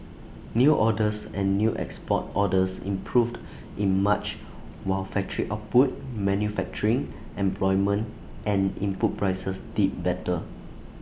new orders and new export orders improved in March while factory output manufacturing employment and input prices did better